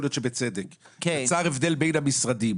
להיות שבצדק יצר הבדל בין המשרדים,